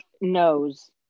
knows